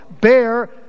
bear